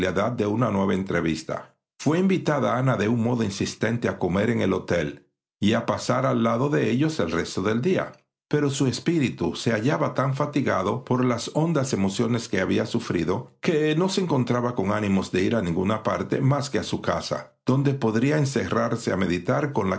de una nueva entrevista fué invitada ana de un modo insistente a comer en el hotel y a pasar al lado de ellos el resto del día pero su espíritu se hallaba tan fatigado por las hondas emociones que había sufrido que no se encontraba con ánimos de ir a ninguna parte más que a su casa donde podría encerrarse a meditar en